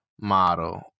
model